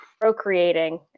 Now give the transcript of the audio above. procreating